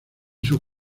sus